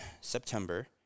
September